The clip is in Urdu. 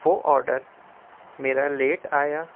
وہ آڈر میرا لیٹ آیا